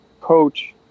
coach